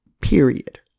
period